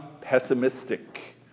pessimistic